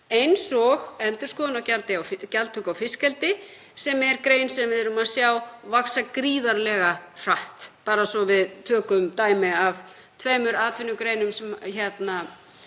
og endurskoðun á gjaldtöku á fiskeldi sem er grein sem við erum að sjá vaxa gríðarlega hratt, bara svo að við tökum dæmi af tveimur atvinnugreinum sem munu